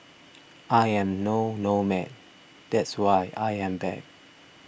I am no nomad that's why I am back